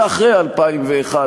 ואחרי 2001,